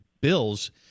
bills